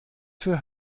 für